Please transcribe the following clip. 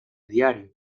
diario